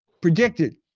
predicted